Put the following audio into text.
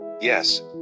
Yes